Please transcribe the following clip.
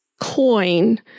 coin